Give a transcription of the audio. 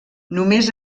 només